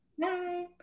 Bye